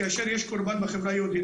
כאשר יש קורבן בחברה יהודית,